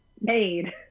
made